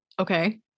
okay